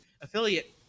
affiliate